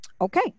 okay